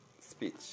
speech